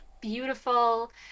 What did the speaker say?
beautiful